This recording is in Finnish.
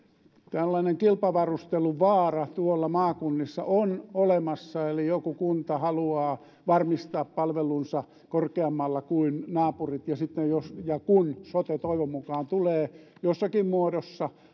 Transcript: tällainen kilpavarustelun vaara tuolla maakunnissa on olemassa joku kunta haluaa varmistaa palvelujensa olevan korkeammalla kuin naapureilla ja sitten jos ja kun sote toivon mukaan tulee jossakin muodossa